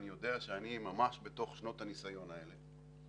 אני יודע שאני ממש בתוך שנות הניסיון האלה.